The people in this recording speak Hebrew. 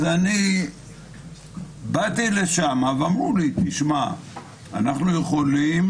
באתי לשם ואמרו לי: אנחנו יכולים